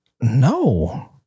No